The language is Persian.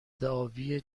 دعاوی